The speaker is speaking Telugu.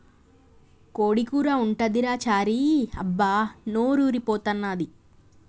కోడి కూర ఉంటదిరా చారీ అబ్బా నోరూరి పోతన్నాది